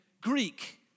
Greek